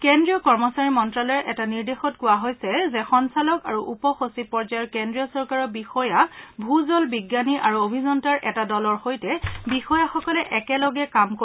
কেন্দ্ৰীয় কৰ্মচাৰী মন্ত্ৰালয়ৰ এটা নিৰ্দেশত কোৱা হৈছে যে সঞ্চালক আৰু উপ সচিব পৰ্যায়ৰ কেন্দ্ৰীয় চৰকাৰৰ বিষয়া ভূজল বিজ্ঞানী আৰু অভিযন্তাৰ এটা দলৰ সৈতে এই বিষয়াসকলে একেলগে কাম কৰিব